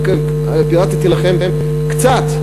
ואני פירטתי לכם רק קצת,